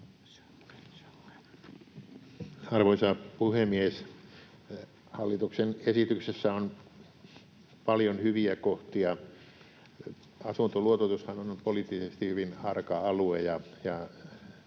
Arvoisa puhemies! Hallituksen esityksessä on paljon hyviä kohtia. Asuntoluototushan on ollut poliittisesti hyvin arka alue,